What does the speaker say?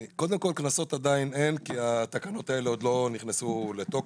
קנסות עדיין אין כי התקנות האלה עוד לא נכנסו לתוקף.